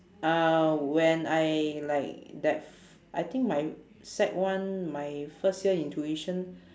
uh when I like that f~ I think my sec one my first year in tuition